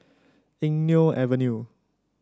Eng Neo Avenue